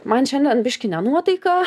man šiandien biškį ne nuotaika